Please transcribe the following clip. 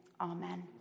amen